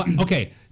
Okay